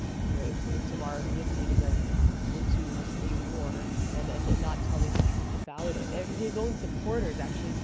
you know, if if tomorrow he is leading us into a war and and not telling the truth about it. and um his own supporters, actually,